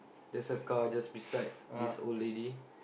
there's a car just beside this old lady